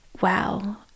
wow